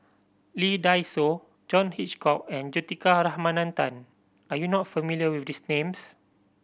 Lee Dai Soh John Hitchcock and Juthika Ramanathan are you not familiar with these names